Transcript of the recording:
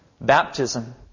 baptism